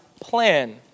plan